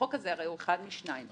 הזה הוא הרי אחד משניים.